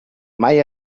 mai